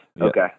Okay